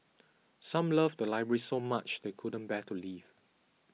some love the library so much they couldn't bear to leave